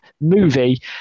movie